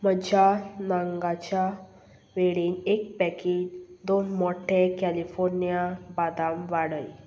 म्हज्या नंगाच्या वेळेंत एक पॅकेट दोन मोठे कॅलिफोर्निया बदाम वाडय